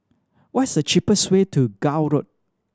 what is the cheapest way to Gul Road